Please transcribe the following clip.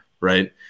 Right